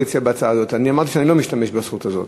שאני לא משתמש בזכות הזאת.